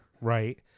right